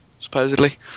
supposedly